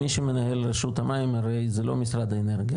מי שמנהל את רשות המים זה לא משרד האנרגיה,